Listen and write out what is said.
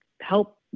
help